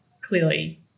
clearly